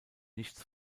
nichts